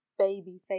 Babyface